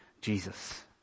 jesus